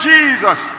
Jesus